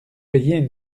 payez